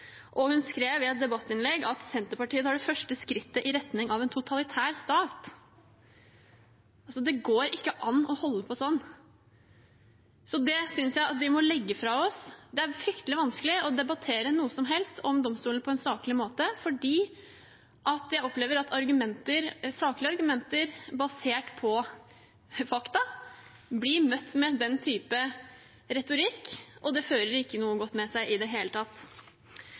og hun skrev i et debattinnlegg at Senterpartiet tar det første skrittet i retning av en totalitær stat. Det går ikke an å holde på sånn! Dette synes jeg vi må legge fra oss. Det er fryktelig vanskelig å debattere noe som helst om domstolene på en saklig måte, for jeg opplever at saklige argumenter basert på fakta blir møtt med den type retorikk. Det fører ikke noe godt med seg i det hele tatt.